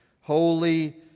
holy